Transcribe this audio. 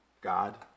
God